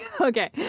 okay